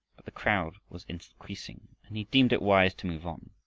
but the crowd was increasing, and he deemed it wise to move on.